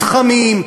מתחמים,